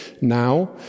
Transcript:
now